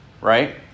right